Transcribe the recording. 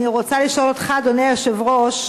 אני רוצה לשאול אותך, אדוני היושב-ראש,